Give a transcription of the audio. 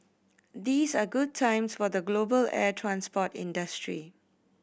these are good times for the global air transport industry